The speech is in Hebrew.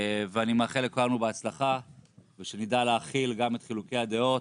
אני מאחל לכולנו בהצלחה ושנדע להכיל גם את חילוקי הדעות,